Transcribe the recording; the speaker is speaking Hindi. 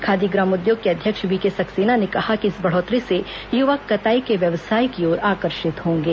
खादी ग्रामोद्योग के अध्यक्ष वीके सक्सेना ने कहा कि इस बढ़ोत्तरी से युवा कताई के व्यवसाय की ओर आकर्षित होंगे